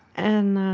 and